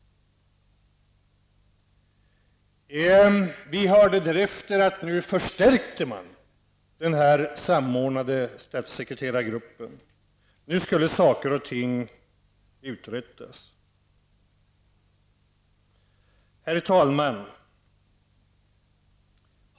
Vi fick därefter höra att man skulle förstärka den samordnande statssekreterargruppen. Nu skulle saker och ting uträttas. Herr talman!